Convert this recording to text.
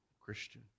Christian